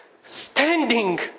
standing